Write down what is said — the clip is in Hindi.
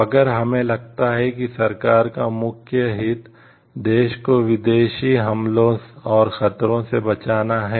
तो अगर हमें लगता है कि सरकार का मुख्य हित देश को विदेशी हमले और खतरे से बचाना है